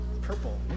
Purple